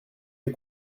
les